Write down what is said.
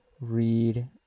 read